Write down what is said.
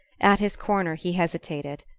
at his corner he hesitated,